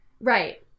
Right